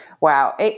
Wow